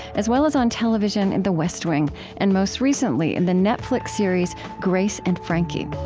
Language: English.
as well as on television in the west wing and, most recently, in the netflix series grace and frankie